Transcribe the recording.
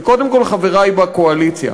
וקודם כול חברי בקואליציה: